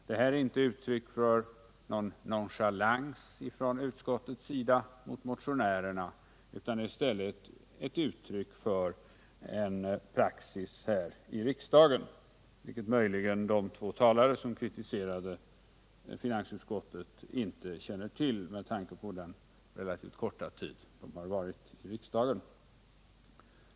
Detta är inte uttryck för någon nonchalans från utskottets sida mot motionärerna utan i stället ett uttryck för en praxis här i riksdagen, vilket möjligen de få talare som kritiserat finansutskottet inte känner till, med tanke på den relativt korta tid de varit i riksdagen.